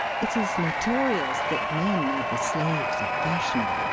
it is notorious that men are the slaves of fashion.